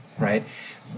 right